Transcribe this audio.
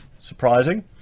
Surprising